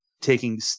taking